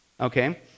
okay